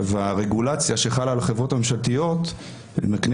הרגולציה שחלה על החברות הממשלתיות מקנה